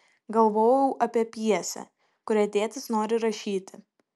galvojau apie pjesę kurią tėtis nori rašyti